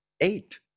eight